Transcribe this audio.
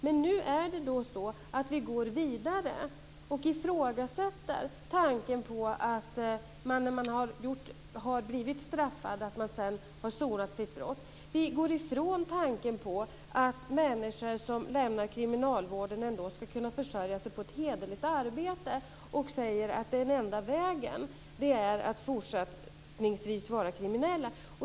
Men nu går vi vidare och ifrågasätter tanken på att man när man har blivit straffad har sonat sitt brott. Vi går ifrån tanken på att människor som lämnar kriminalvården ändå ska kunna försörja sig på ett hederligt arbete och säger att den enda vägen är att fortsättningsvis vara kriminella.